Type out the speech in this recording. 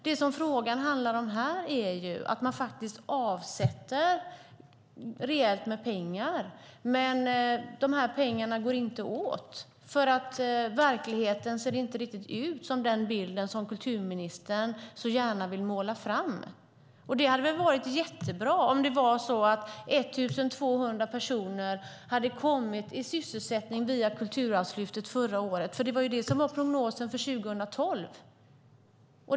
Det som frågan handlar om här är ju att man faktiskt avsätter rejält med pengar men att pengarna inte går åt. Verkligheten ser inte riktigt ut som den bild som kulturministern så gärna vill måla upp. Det hade väl varit jättebra om 1 200 personer hade kommit i sysselsättning via Kulturarvslyftet förra året - det var ju det som var prognosen för 2012.